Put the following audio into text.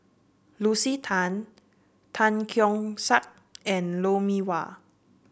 Lucy Tan Tan Keong Saik and Lou Mee Wah